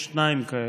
יש שניים כאלה: